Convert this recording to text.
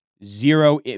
zero